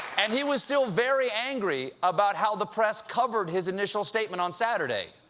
and he was still very angry about how the press covered his initial statement on saturday.